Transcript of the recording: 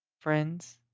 Friends